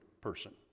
person